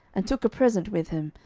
and took a present with him,